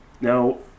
Now